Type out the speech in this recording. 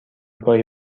گاهی